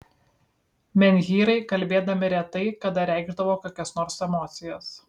menhyrai kalbėdami retai kada reikšdavo kokias nors emocijas